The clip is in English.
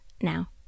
now